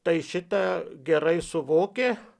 tai šitą gerai suvokė